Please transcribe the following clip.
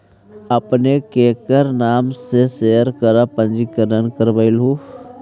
आपने केकर नाम से शेयर का पंजीकरण करवलू